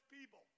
people